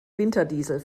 winterdiesel